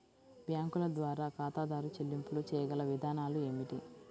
బ్యాంకుల ద్వారా ఖాతాదారు చెల్లింపులు చేయగల విధానాలు ఏమిటి?